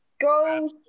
Go